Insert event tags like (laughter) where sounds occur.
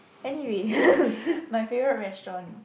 anyway (laughs) my favorite restaurant